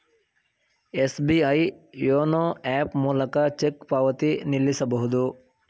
SBI YONO app ಮೂಲಕ cheque ಪಾವತಿ ನಿಲ್ಲಿಸಬಹುದು